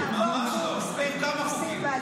כמה חוקים.